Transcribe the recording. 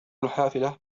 الحافلة